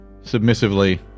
submissively